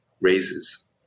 raises